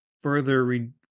further